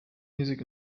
music